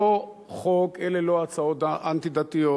אלה לא הצעות חוק אנטי-דתיות,